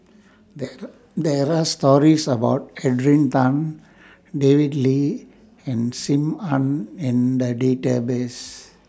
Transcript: There There Are stories about Adrian Tan David Lee and SIM Ann in The Database